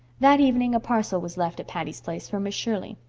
that evening a parcel was left at patty's place for miss shirley.